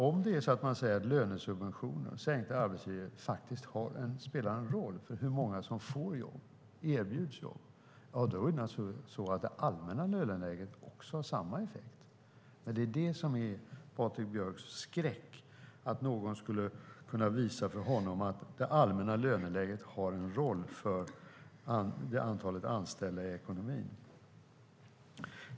Om man säger att lönesubventioner, sänkta arbetsgivaravgifter, spelar en roll för hur många som får jobb och erbjuds jobb har det allmänna löneläget också samma effekt. Det är Patrik Björcks skräck att någon skulle kunna visa för honom att det allmänna löneläget spelar en roll för antalet anställda i ekonomin.